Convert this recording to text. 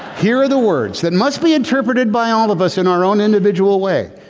here are the words that must be interpreted by all of us in our own individual way,